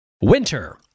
Winter